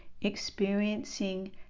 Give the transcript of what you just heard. Experiencing